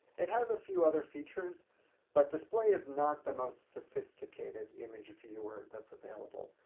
it has a few other features but display is not the most sophisticated image viewer that's available.